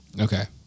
Okay